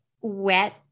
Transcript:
wet